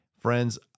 Friends